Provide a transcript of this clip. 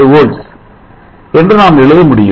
7 volts என்று நாம் எழுதமுடியும்